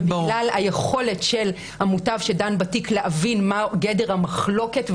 בגלל היכולת של המוטב שדן בתיק להבין מה גדר המחלוקת,